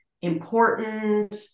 important